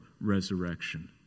resurrection